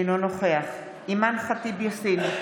אינו נוכח אימאן ח'טיב יאסין,